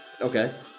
Okay